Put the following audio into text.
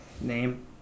name